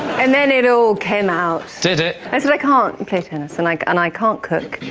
and then it all came out. did it? i said, i can't and play tennis and like and i can't cook.